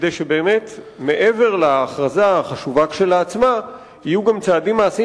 כדי שמעבר להכרזה החשובה כשלעצמה יהיו גם צעדים מעשיים.